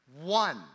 One